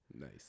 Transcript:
nice